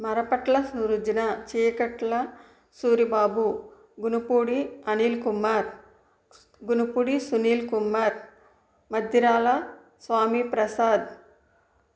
Marapatla Srujana Cheekatla Suribabu Gunupudi Anil Kumar Gunupudi Sunil Kumar Maddirala Swamy Prasad